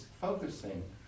focusing